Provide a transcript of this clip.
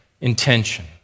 intention